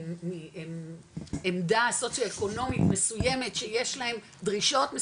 עם עמדה סוציו-אקונומית מסוימת שיש להם דרישות,